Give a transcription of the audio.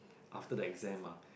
after the exam ah